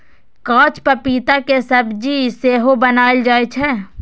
कांच पपीता के सब्जी सेहो बनाएल जाइ छै